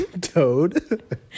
Toad